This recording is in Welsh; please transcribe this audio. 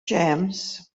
james